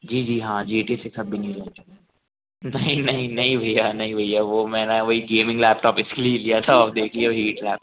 जी जी हाँ जी एट्टी सिक्स नहीं नहीं नहीं भैया नहीं भैया वो मैंने वही गेमिंग लैपटॉप इसलिए लिया था अब देखिए वही लैप